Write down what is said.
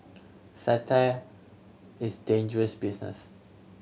satire is dangerous business